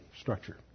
structure